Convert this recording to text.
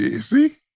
See